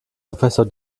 professor